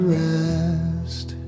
rest